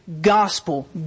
gospel